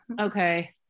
okay